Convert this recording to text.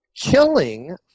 killing